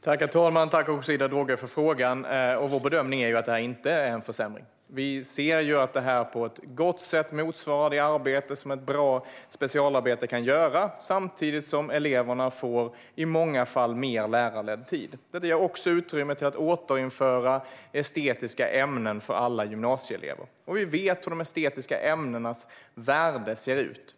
Herr talman! Tack, Ida Drougge, för frågan! Regeringens bedömning är att detta inte är en försämring. Vi anser att detta på ett gott sätt motsvarar det arbete som ett bra specialarbete kan innebära, samtidigt som eleverna i många fall får mer lärarledd tid. Det ger också utrymme till att återinföra estetiska ämnen för alla gymnasielever. Vi vet hur de estetiska ämnenas värde ser ut.